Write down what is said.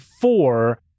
four